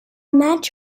match